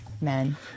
men